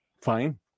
fine